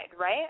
right